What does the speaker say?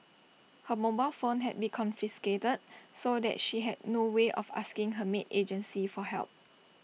her mobile phone had been confiscated so that she had no way of asking her maid agency for help